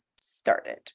started